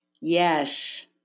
Yes